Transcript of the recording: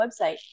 website